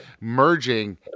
merging